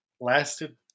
lasted